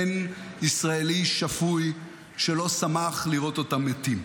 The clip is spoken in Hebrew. אין ישראלי שפוי שלא שמח לראות אותם מתים.